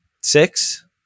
six